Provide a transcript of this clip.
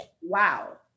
wow